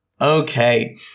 Okay